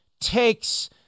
takes